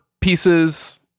pieces